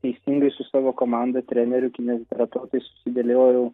teisingai su savo komanda treneriu kineziterapeutais sudėliojau